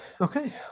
Okay